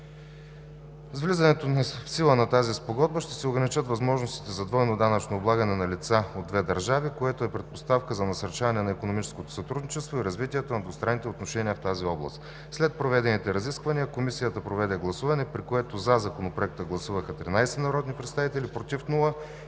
С влизането в сила на тази спогодба ще се ограничат възможностите за двойно данъчно облагане на лица от двете държави, което е предпоставка за насърчаване на икономическото сътрудничество и развитието на двустранните отношения в тази област. След проведените разисквания Комисията проведе гласуване, при което: 13 гласа „за“, без „против“ и